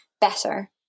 better